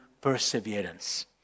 perseverance